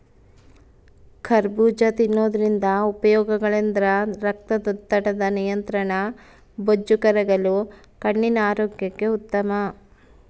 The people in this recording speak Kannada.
ಕರಬೂಜ ತಿನ್ನೋದ್ರಿಂದ ಉಪಯೋಗಗಳೆಂದರೆ ರಕ್ತದೊತ್ತಡದ ನಿಯಂತ್ರಣ, ಬೊಜ್ಜು ಕರಗಲು, ಕಣ್ಣಿನ ಆರೋಗ್ಯಕ್ಕೆ ಉತ್ತಮ